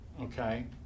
okay